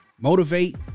motivate